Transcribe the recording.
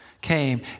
came